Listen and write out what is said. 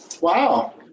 Wow